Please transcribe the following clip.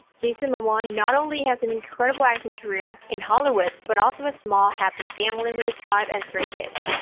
jason momoa not only has an incredible acting career in hollywood but also a small happy family with his wife and three kids.